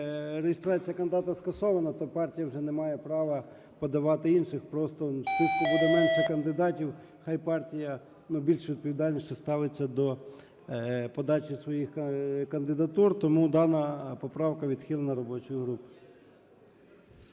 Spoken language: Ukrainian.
реєстрація кандидата скасована, то партія вже не має права подавати інших. Просто в списку буде менше кандидатів. Хай партія більш відповідальніше ставиться до подальших своїх кандидатур. Тому дана поправка відхилена робочою групою.